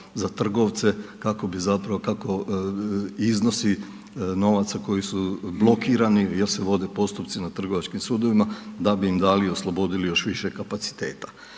za trgovce, kako bi zapravo, kako iznosi novaca koji su blokirani, jer se vode postupci na trgovačkim sudovima, da bi im dali i oslobodili još više kapaciteta.